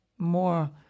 more